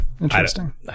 interesting